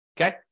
Okay